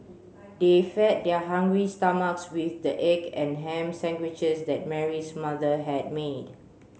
they fed their hungry stomachs with the egg and ham sandwiches that Mary's mother had made